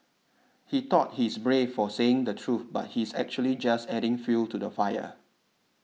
he thought he's brave for saying the truth but he's actually just adding fuel to the fire